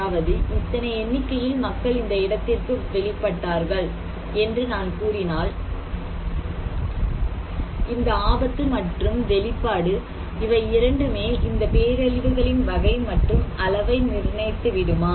அதாவது இத்தனை எண்ணிக்கையில் மக்கள் இந்த இடத்திற்கு வழிபட்டார்கள் என்று நான் கூறினால் இந்த ஆபத்து மற்றும் வெளிப்பாடு இவை இரண்டுமே இந்த பேரழிவுகளின் வகை மற்றும் அளவை நிர்ணயித்து விடுமா